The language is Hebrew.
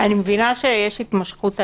מבינה שיש התמשכות הליך,